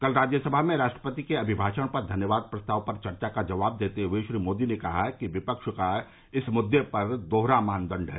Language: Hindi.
कल राज्यसभा में राष्ट्रपति के अभिभाषण पर धन्यवाद प्रस्ताव पर चर्चा का जवाब देते हए श्री नरेंद्र मोदी ने कहा कि विपक्ष का इस मुद्दे पर दोहरा मानदंड है